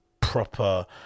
proper